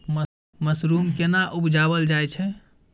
Mushroom केना उबजाबल जाय छै?